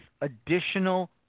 additional